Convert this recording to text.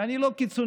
ואני לא קיצוני,